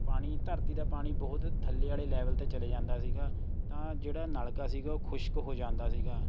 ਪਾਣੀ ਧਰਤੀ ਦਾ ਪਾਣੀ ਬਹੁਤ ਥੱਲੇ ਵਾਲੇ ਲੈਵਲ 'ਤੇ ਚਲਾ ਜਾਂਦਾ ਸੀਗਾ ਤਾਂ ਜਿਹੜਾ ਨਲ਼ਕਾ ਸੀਗਾ ਉਹ ਖੁਸ਼ਕ ਹੋ ਜਾਂਦਾ ਸੀਗਾ